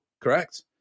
correct